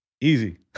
Easy